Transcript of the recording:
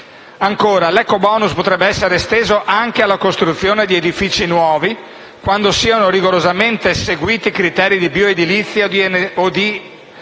L'ecobonus potrebbe, inoltre, essere esteso anche alla costruzione di edifici nuovi, quando siano rigorosamente seguiti criteri di bioedilizia o di